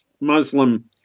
Muslim